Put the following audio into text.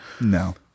No